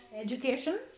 education